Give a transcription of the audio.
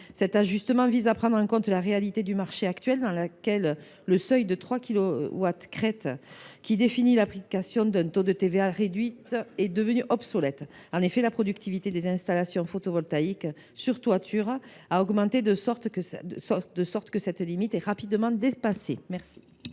Cet ajustement vise à prendre en compte la réalité du marché actuel, dans lequel le seuil de 3 kilowatts crête est devenu obsolète. En effet, la productivité des installations photovoltaïques sur toiture a augmenté, de sorte que cette limite est rapidement dépassée.